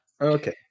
Okay